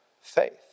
faith